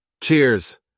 Cheers